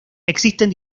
existen